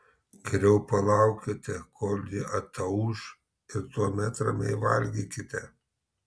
geriau palaukite kol ji atauš ir tuomet ramiai valgykite